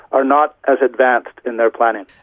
are not as advanced in their planning.